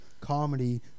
Comedy